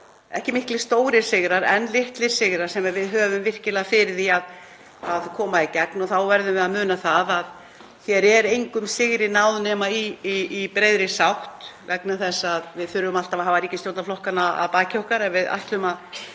ekki miklir og stórir sigrar en litlir sigrar sem við höfum virkilega fyrir því að koma í gegn. Þá verðum við að muna það að hér er engum sigri náð nema í breiðri sátt vegna þess að við þurfum alltaf að hafa ríkisstjórnarflokkana að baki okkur ef við ætlum að